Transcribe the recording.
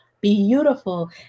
beautiful